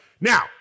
Now